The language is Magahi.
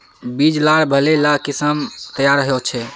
बीज लार भले ला किसम तैयार होछे